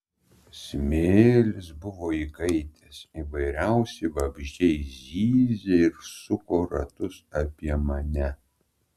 smėlis buvo įkaitęs įvairiausi vabzdžiai zyzė ir suko ratus apie mane